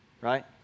right